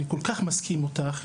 אני כל כך מסכים איתך.